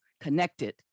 connected